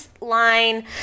line